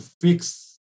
fix